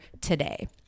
today